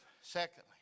Secondly